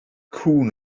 cŵn